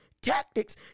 tactics